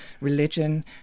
religion